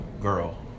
girl